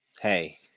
hey